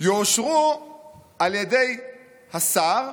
יאושרו על ידי השר,